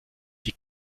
die